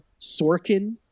Sorkin